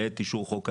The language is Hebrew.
בעת אישור חוק העזר.